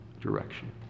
direction